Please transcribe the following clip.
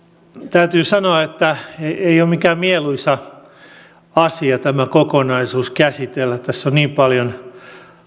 täytyy sanoa että ei ole mikään mieluisa asia tämä kokonaisuus käsitellä tässä sopimuksessa on niin paljon